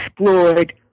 explored